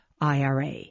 IRA